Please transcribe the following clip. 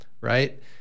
right